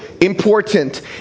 important